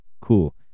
cool